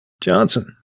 Johnson